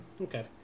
Okay